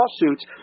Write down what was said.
lawsuits